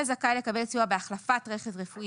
9כא.החלפת רכב רפואי נכה זכאי לקבל סיוע בהחלפת רכב רפואי